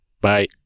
Bye